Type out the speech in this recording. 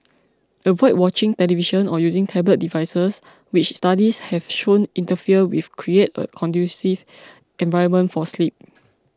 avoid watching television or using tablet devices which studies have shown interfere with create a conducive environment for sleep